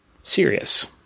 serious